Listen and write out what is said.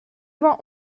vingt